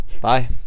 Bye